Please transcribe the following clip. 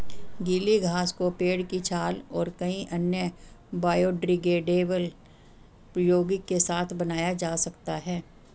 गीली घास को पेड़ की छाल और कई अन्य बायोडिग्रेडेबल यौगिक के साथ बनाया जा सकता है